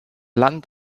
land